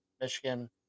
Michigan